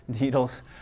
needles